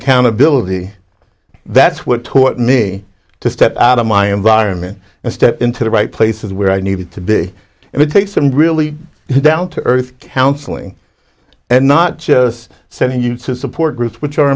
accountability that's what taught me to step out of my environment and step into the right places where i needed to be and it takes some really down to earth counselling and not just send you to support groups which are